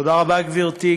תודה רבה, גברתי.